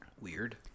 Weird